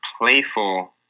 playful